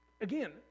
Again